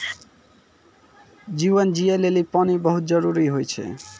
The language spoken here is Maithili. जीवन जियै लेलि पानी बहुत जरूरी होय छै?